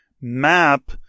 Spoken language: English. map